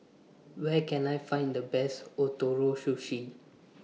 Where Can I Find The Best Ootoro Sushi